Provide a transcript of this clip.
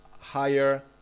higher